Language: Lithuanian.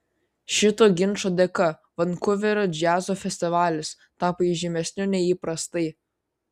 šito ginčo dėka vankuverio džiazo festivalis tapo įžymesniu nei įprastai